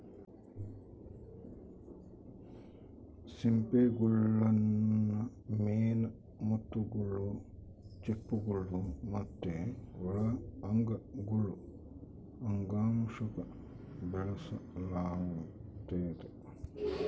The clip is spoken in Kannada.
ಸಿಂಪಿಗುಳ್ನ ಮೇನ್ ಮುತ್ತುಗುಳು, ಚಿಪ್ಪುಗುಳು ಮತ್ತೆ ಒಳ ಅಂಗಗುಳು ಅಂಗಾಂಶುಕ್ಕ ಬೆಳೆಸಲಾಗ್ತತೆ